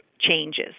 changes